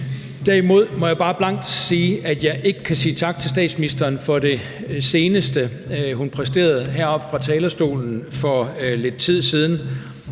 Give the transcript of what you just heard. Derimod må jeg bare blankt sige, at jeg ikke kan sige tak til statsministeren for det seneste, hun præsterede heroppe fra talerstolen for lidt tid siden.